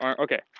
okay